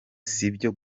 sibyo